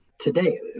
Today